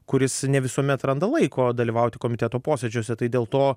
kuris ne visuomet randa laiko dalyvauti komiteto posėdžiuose tai dėl to